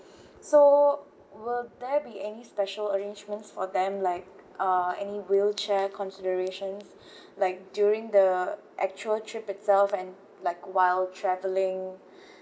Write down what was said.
so will there be any special arrangements for them like uh any wheelchair considerations like during the actual trip itself and like while travelling